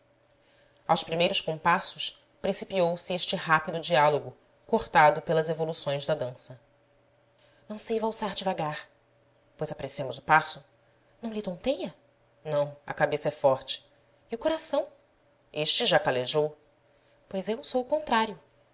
aos primeiros compassos principiou este rápido diálogo cortado pelas evoluções da dança não sei valsar devagar pois apressemos o passo não lhe tonteia não a cabeça é forte e o coração este já calejou pois eu sou o contrário